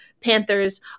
Panthers